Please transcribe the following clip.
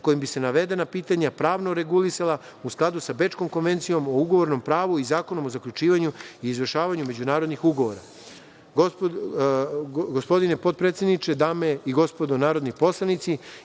kojim bi se navedena pitanja pravno regulisala u skladu sa Bečkom konvencijom o ugovornom pravu i Zakonom o zaključivanju i izvršavanju međunarodnih